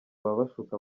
ababashuka